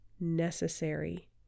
necessary